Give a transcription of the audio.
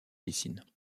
piscines